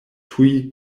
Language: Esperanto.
tuj